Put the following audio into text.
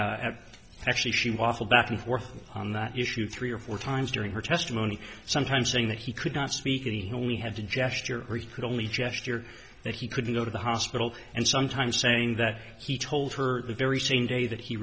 home actually she waffled back and forth on that issue three or four times during her testimony some time saying that he could not speak and we had to gesture or he could only gesture that he couldn't go to the hospital and sometimes saying that he told her the very same day that he